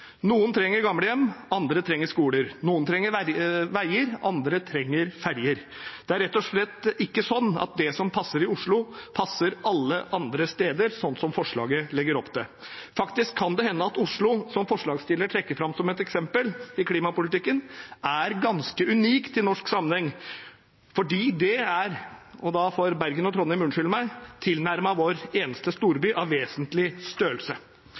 Noen trenger gamlehjem, andre trenger skoler. Noen trenger veier, andre trenger ferjer. Det er rett og slett ikke slik at det som passer i Oslo, passer alle andre steder, slik forslaget legger opp til. Faktisk kan det hende at Oslo, som forslagsstilleren trekker fram som et eksempel i klimapolitikken, er ganske unik i norsk sammenheng, fordi den er – og da får Bergen og Trondheim unnskylde meg – tilnærmet vår eneste storby av vesentlig størrelse.